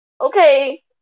Okay